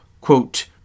quote